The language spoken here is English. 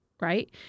right